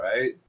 right